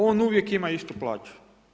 On uvijek ima istu plaću.